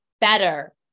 better